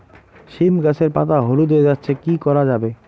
সীম গাছের পাতা হলুদ হয়ে যাচ্ছে কি করা যাবে?